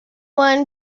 one